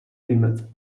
plymouth